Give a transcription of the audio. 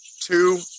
two